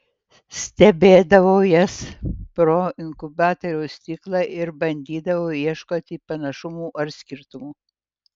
stebėdavau jas pro inkubatoriaus stiklą ir bandydavau ieškoti panašumų ar skirtumų